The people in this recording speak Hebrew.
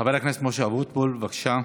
חבר הכנסת משה אבוטבול, בבקשה,